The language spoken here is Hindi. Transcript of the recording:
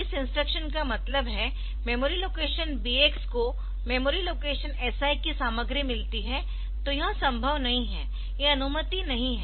इस इंस्ट्रक्शन का मतलब है मेमोरी लोकेशन BX को मेमोरी लोकेशन SI की सामग्री मिलती है तो यह संभव नहीं है यह अनुमति नहीं है